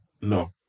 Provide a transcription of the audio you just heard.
no